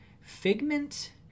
Figment